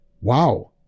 wow